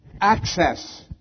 Access